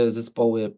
zespoły